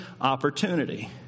opportunity